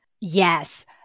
Yes